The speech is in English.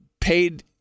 paid